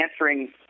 answering